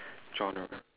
genre